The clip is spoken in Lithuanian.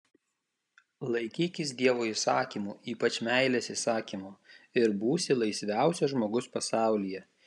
laikykis dievo įsakymų ypač meilės įsakymo ir būsi laisviausias žmogus pasaulyje